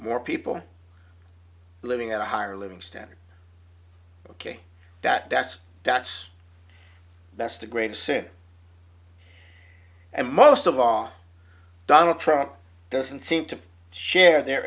more people living in a higher living standard ok that that's that's that's the greatest sin and most of all donald trump doesn't seem to share their